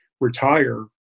retire